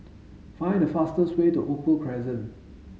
Find the fastest way to Opal Crescent